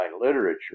literature